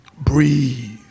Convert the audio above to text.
breathe